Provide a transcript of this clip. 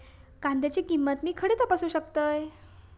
कांद्याची किंमत मी खडे तपासू शकतय?